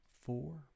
four